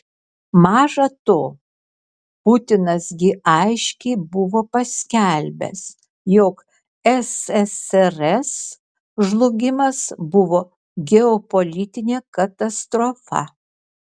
maža to putinas gi aiškiai buvo paskelbęs jog ssrs žlugimas buvo geopolitinė katastrofa